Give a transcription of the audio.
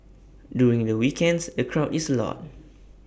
during the weekends the crowd is A lot